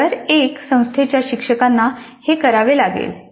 स्तर 1 संस्थेच्या शिक्षकांना हे करावे लागेल